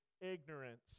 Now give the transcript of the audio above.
ignorance